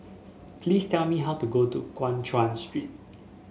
please tell me how to go to Guan Chuan Street